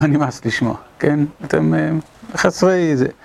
אני מאסתי לשמוע, כן? אתם חסרי זה